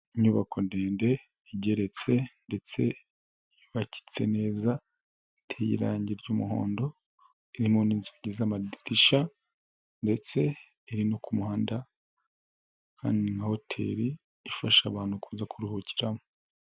Inyubako ndende igeretse ndetse yubakitse neza, iteye irangi ry'umuhondo, irimo n'inzigi n'amadirishya ndetse iri no ku muhanda, aha ni nka hotel ifasha abantu kuza kuruhukiramo.